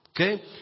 Okay